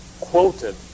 quoted